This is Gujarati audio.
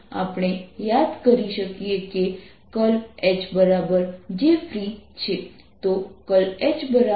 આપણે યાદ કરી શકીએ કે H Jfree છે